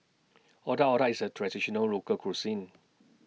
Otak Otak IS A Traditional Local Cuisine